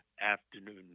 afternoon